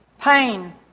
Pain